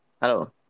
Hello